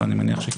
אבל אני מניח שכן.